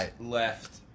left